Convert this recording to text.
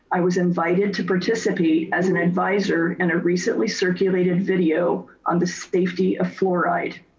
i was invited to participate as an advisor in a recently circulated video on the safety of fluoride.